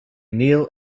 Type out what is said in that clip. kneel